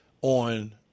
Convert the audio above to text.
on